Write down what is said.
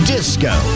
Disco